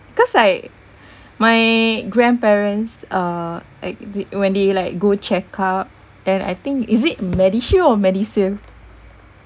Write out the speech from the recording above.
cause like my grandparents uh like when they like go checkup then I think is it medishield or medisave